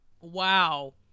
Wow